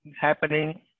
happening